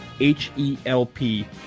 H-E-L-P